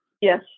Yes